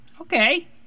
Okay